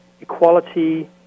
equality